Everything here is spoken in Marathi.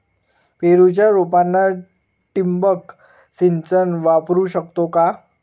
पेरूच्या रोपांना ठिबक सिंचन वापरू शकतो का?